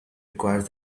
requires